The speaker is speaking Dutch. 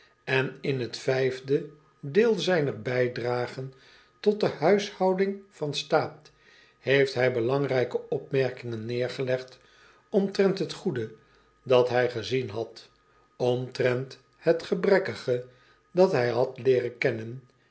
n s t a a t heeft hij belangrijke opmerkingen neêrgelegd omtrent het goede dat hij gezien had omtrent het gebrekkige dat hij had leeren kennen